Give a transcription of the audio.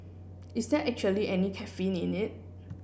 is there actually any caffeine in it